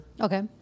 Okay